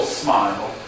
smile